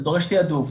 זה דורש תיעדוף,